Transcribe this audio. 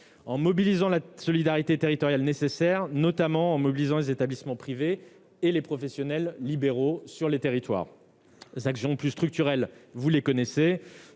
en organisant la solidarité territoriale nécessaire, notamment en mobilisant les établissements privés et les professionnels libéraux. Les actions plus structurelles, vous les connaissez,